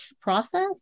process